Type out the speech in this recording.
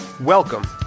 Welcome